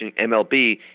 MLB